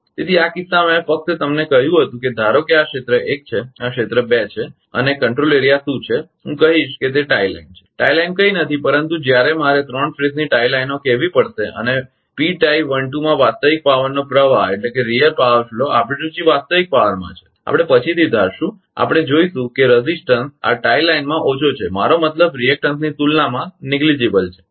તેથી આ કિસ્સામાં મેં ફક્ત તમને કહ્યું હતું કે ધારો કે આ ક્ષેત્ર એક છે આ ક્ષેત્ર બે છે અને નિયંત્રણ ક્ષેત્ર શું છે હું કહીશ કે તે ટાઇ લાઇન છે ટાઇ લાઈન કંઈ નથી પરંતુ જ્યારે મારે ત્રણ ફેઝની ટાઇ લાઈનો કેહવી પડશે અને માં વાસ્તવિક પાવરનો પ્રવાહ આપણી રુચિ વાસ્તવિક પાવરમાં છે આપણે પછીથી ધારીશું આપણે જોઇશું કે પ્રતિકારરેઝિસ્ટંસ આ ટાઇ લાઈન માં ઓછો છે મારો મતલબ રિએક્ટન્સની તુલનામાં નહિવત્ છે